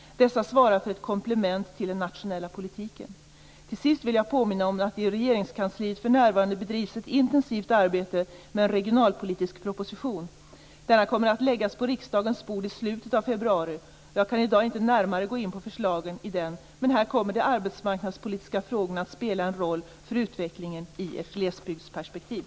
Dessa svarar för ett komplement till den nationella politiken. Till sist vill jag påminna om att det i Regeringskansliet för närvarande bedrivs ett intensivt arbete med en regionalpolitisk proposition. Denna kommer att läggas på riksdagens bord i slutet av februari. Jag kan i dag inte närmare gå in på förslagen i den. Men här kommer de arbetsmarknadspolitiska frågorna att spela en roll för utvecklingen i ett glesbygdsperspektiv.